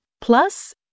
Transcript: Plus